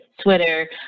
Twitter